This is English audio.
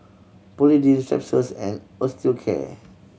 Polident Strepsils and Osteocare